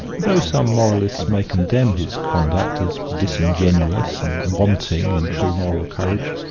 though some moralists may condemn his conduct as disingenuous and wanting in true moral courage,